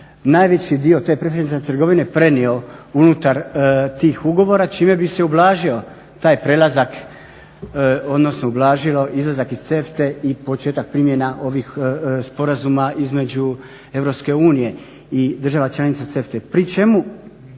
najveći dio te prehrambene trgovine prenio unutar tih ugovora čime bi se ublažio taj prelazak, odnosno ublažilo izlazak iz CEFTA-e i početak primjena ovih sporazuma između EU i država članica CEFTA-e. Pri čemu